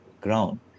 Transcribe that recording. ground